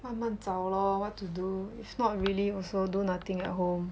慢慢找 lor what to do if not really also do nothing at home